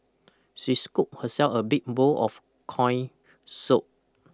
she scooped herself a big bowl of coin soup